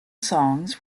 songs